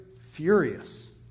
furious